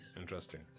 Interesting